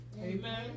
Amen